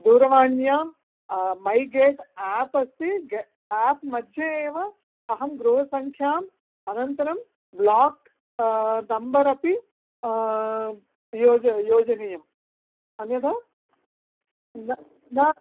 दूरवाण्या MyGate app अस्ति app मध्ये एव अहं गृहसंख्याम् अनन्तरं ब्लोक् नम्बर् अपि योज योजनीयं अन्यथा न न